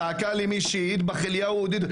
מישהי צעקה לי לטבוח ביהודים,